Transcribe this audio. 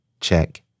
check